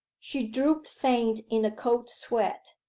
she drooped faint in a cold sweat.